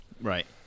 Right